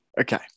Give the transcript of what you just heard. Okay